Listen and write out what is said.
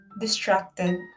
distracted